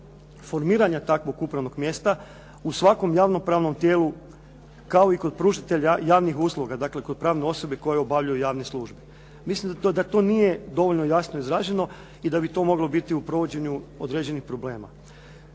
formiranja takvog upravnog mjesta u svakom javno-pravnom tijelu kao i kod pružatelja javnih usluga, dakle kod pravne osobe koje obavljaju javne službe. Mislim da to nije dovoljno jasno izraženo i da bi to moglo biti u provođenju određenih problema.